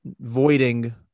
voiding